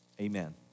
amen